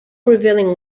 prevailing